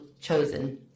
chosen